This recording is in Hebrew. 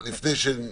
לא, ושניים כן.